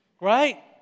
Right